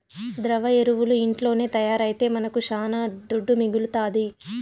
ద్రవ ఎరువులు ఇంట్లోనే తయారైతే మనకు శానా దుడ్డు మిగలుతాది